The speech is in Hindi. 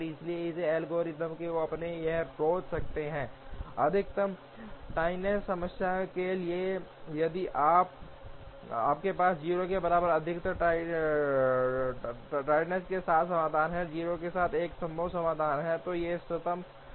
इसलिए हम एल्गोरिथ्म को अपने यहां रोक सकते हैं अधिकतम टार्डनेस समस्या के लिए यदि आपके पास 0 के बराबर अधिकतम टार्डनेस के साथ समाधान है 0 के साथ एक संभव समाधान है तो यह इष्टतम है